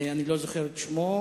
אני לא זוכר את שמו,